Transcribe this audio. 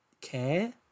care